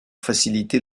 faciliter